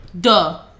Duh